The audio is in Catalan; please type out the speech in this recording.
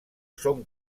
són